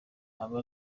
aba